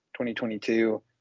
2022